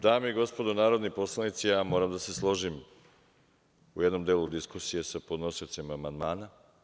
Dame i gospodo narodni poslanici, ja moram da se složim u jednom delu diskusije sa podnosiocem amandmana.